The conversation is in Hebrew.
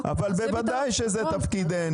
אבל בוודאי שזה תפקידנו.